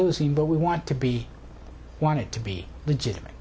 losing but we want to be wanted to be legitimate